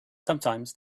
sometimes